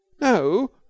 No